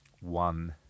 one